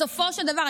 בסופו של דבר,